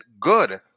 good